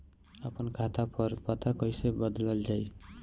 आपन खाता पर पता कईसे बदलल जाई?